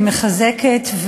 היא מחזקת.